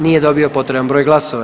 Nije dobio potreban broj glasova.